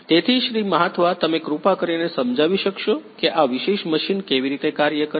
તેથી શ્રી મહાથવા તમે કૃપા કરીને સમજાવી શકશો કે આ વિશેષ મશીન કેવી રીતે કાર્ય કરે છે